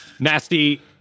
Nasty